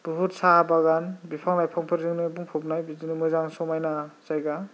बुहुद साहा बागान बिफां लाइफांफोरजोंनो बुंफबनाय बिदिनो मोजां समायना जायगा